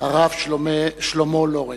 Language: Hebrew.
הרב שלמה לורינץ.